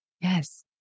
Yes